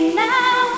now